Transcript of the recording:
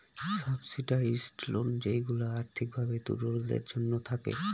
subsidised loan যেইগুলা আর্থিক ভাবে দুর্বলদের জন্য থাকে